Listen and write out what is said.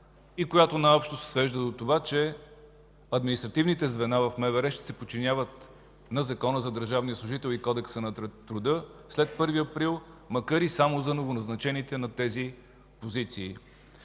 малко – най-общо се свежда до това, че административните звена в МВР ще се подчиняват на Закона за държавния служител и Кодекса на труда след 1 април, макар и само за новоназначените на тези позиции.